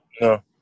No